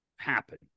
Happen